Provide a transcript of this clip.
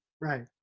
Right